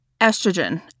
Estrogen